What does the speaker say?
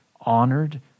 honored